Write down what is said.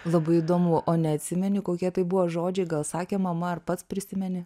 labai įdomu o neatsimeni kokie tai buvo žodžiai gal sakė mama ar pats prisimeni